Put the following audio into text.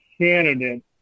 candidate